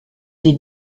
des